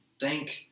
thank